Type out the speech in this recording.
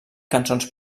cançons